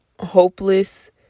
hopeless